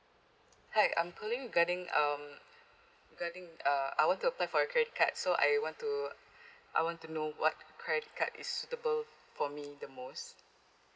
hi I'm calling regarding um regarding uh I want to apply for a credit card so I want to I want to know what credit card is suitable for me the most